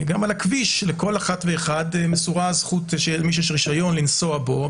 כי גם על הכביש לכל אחת ואחד שיש רישיון מסורה הזכות לנסוע בו,